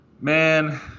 Man